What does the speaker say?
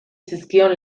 zizkion